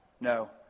No